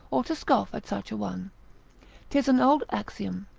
or to scoff at such a one tis an old axiom,